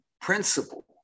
principle